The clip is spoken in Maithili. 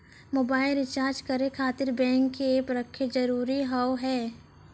मोबाइल रिचार्ज करे खातिर बैंक के ऐप रखे जरूरी हाव है?